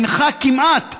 כמעט,